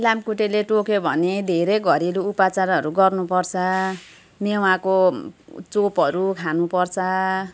लामखुट्टेले टोक्यो भने धेरै घरेलु उपाचारहरू गर्नुपर्छ मेवाको चोपहरू खानुपर्छ